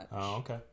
okay